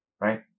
right